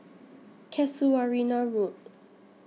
Casuarina Road